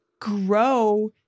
grow